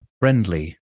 friendly